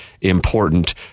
important